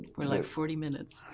were like forty minutes.